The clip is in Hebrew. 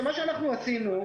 מה שאנחנו עשינו,